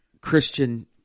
christian